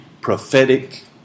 prophetic